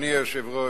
אדוני היושב-ראש,